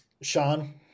Sean